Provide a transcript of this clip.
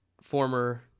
former